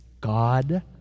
God